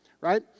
Right